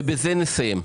ובזה נסיים.